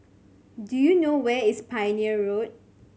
do you know where is Pioneer Road